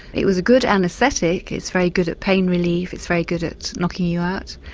it was a good anaesthetic, it's very good at pain relief, it's very good at knocking you out.